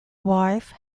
wife